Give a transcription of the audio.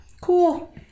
Cool